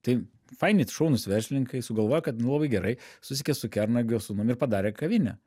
tai faini šaunūs verslininkai sugalvojo kad nu labai gerai susisiekė su kernagio sūnum ir padarė kavinę